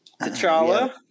T'Challa